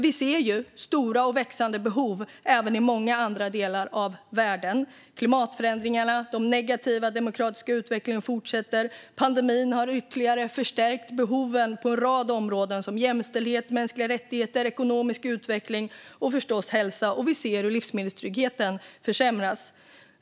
Vi ser ju stora och växande behov även i många andra delar av världen. Det är klimatförändringar och en negativ demokratisk utveckling som fortsätter. Pandemin har ytterligare förstärkt behoven på en rad områden som jämställdhet, mänskliga rättigheter, ekonomisk utveckling och förstås hälsa. Vi ser också livsmedelstryggheten försämras.